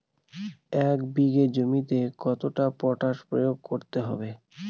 এক বিঘে জমিতে কতটা পটাশ প্রয়োগ করতে হবে?